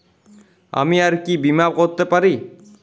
আমি আর কি বীমা করাতে পারি?